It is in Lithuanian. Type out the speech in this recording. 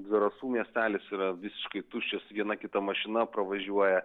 zarasų miestelis yra visiškai tuščius viena kita mašina pravažiuoja